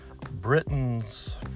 Britain's